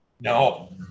No